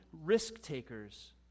risk-takers